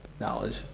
knowledge